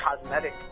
cosmetic